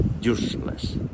useless